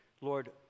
Lord